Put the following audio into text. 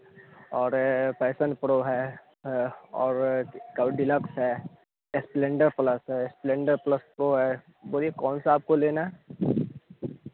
और Passion Pro है हाँ और का डिलक्स है स्प्लेंडर प्लस है स्प्लेंडर प्लस वह है बोलिए कौनसा आपको लेना